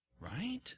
Right